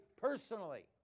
personally